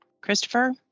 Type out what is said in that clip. Christopher